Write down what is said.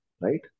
right